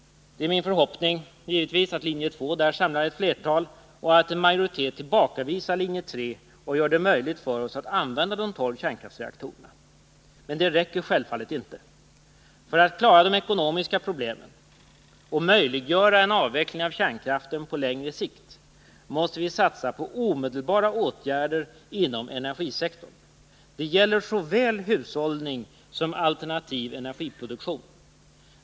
Det är givetvis min förhoppning att linje 2 därvid samlar ett flertal och att en majoritet tillbakavisar linje 3 och gör det möjligt att använda de tolv kärnkraftsreaktorerna. Men det räcker självfallet inte. För att klara de ekonomiska problemen och möjliggöra en avveckling av kärnkraften på längre sikt måste vi satsa på omedelbara åtgärder inom energisektorn. Det gäller såväl hushållning som alternativ energiproduktion.